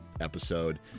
episode